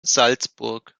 salzburg